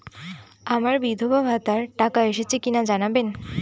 আমার বিধবাভাতার টাকা এসেছে কিনা জানাবেন?